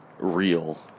Real